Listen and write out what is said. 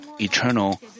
eternal